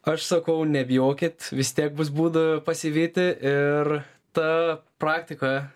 aš sakau nebijokit vis tiek bus būdų pasivyti ir ta praktika